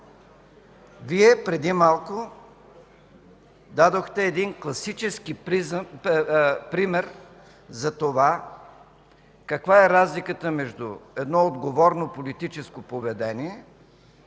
Вие преди малко дадохте един класически пример за това каква е разликата между едно отговорно политическо поведение